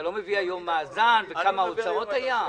אתה לא מביא היום מאזן וכמה הוצאות היו?